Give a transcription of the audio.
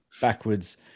backwards